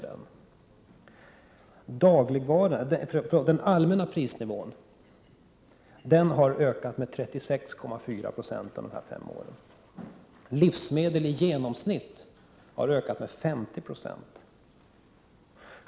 Den allmänna prisnivån har ökat med 36,4 90 under den här femårsperioden. Livsmedel i genomsnitt har ökat med 50 96.